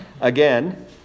again